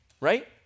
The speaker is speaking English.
right